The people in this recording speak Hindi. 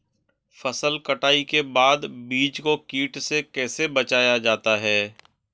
फसल कटाई के बाद बीज को कीट से कैसे बचाया जाता है?